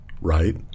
Right